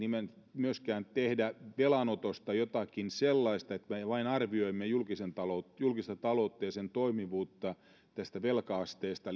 myöskään tehdä velanotosta jotakin sellaista että me vain arvioimme julkista taloutta ja sen toimivuutta tästä velka asteesta